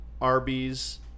Arby's